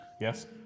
Yes